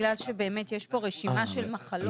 בגלל שבאמת יש פה רשימה של מחלות